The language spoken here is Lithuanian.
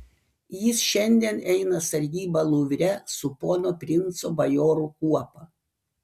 jis šiandien eina sargybą luvre su pono princo bajorų kuopa